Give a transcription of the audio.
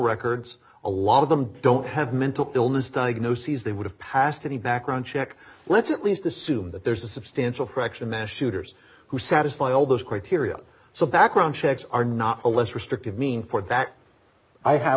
records a lot of them don't have mental illness diagnoses they would have passed any background check let's at least assume that there's a substantial fraction mass shooters who satisfy all those criteria so background checks are not a less restrictive mean for that i have